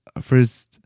First